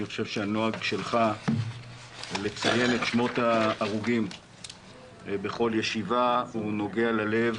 אני חושב שהנוהג שלך לציין את שמות ההרוגים בכל ישיבה הוא נוגע ללב,